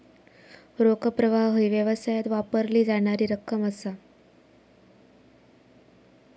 रोख प्रवाह ही व्यवसायात वापरली जाणारी रक्कम असा